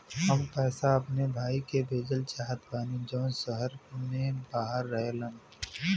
हम पैसा अपने भाई के भेजल चाहत बानी जौन शहर से बाहर रहेलन